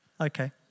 Okay